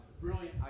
brilliant